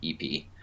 EP